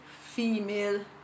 female